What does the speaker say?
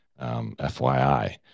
FYI